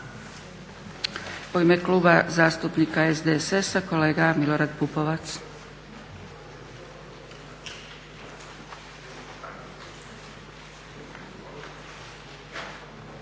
U ime Kluba zastupnika SDSS-a, kolega Milorad Pupovac.